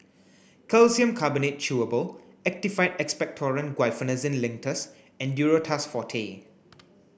Calcium Carbonate Chewable Actified Expectorant Guaiphenesin Linctus and Duro Tuss Forte